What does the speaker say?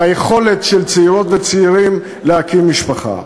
ביכולת של צעירות וצעירים להקים משפחה.